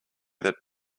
that